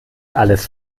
alles